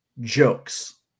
jokes